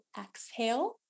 exhale